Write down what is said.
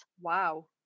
Wow